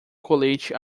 colete